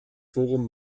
forum